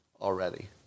already